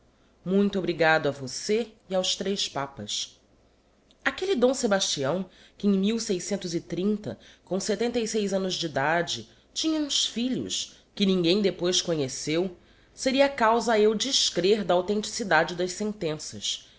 muito obrigado a vossê e aos tres papas aquelle d sebastião que em com setenta e seis annos de idade tinha uns filhos que ninguem depois conheceu seria causa a eu descrer da authenticidade das sentenças